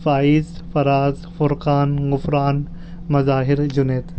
Faez Faraz Furqan Ghufran Mazahir Junaid